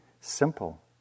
simple